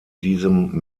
diesem